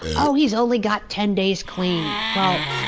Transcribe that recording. oh, he's only got ten days clean! well,